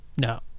No